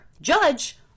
Judge